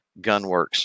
Gunworks